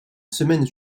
semaine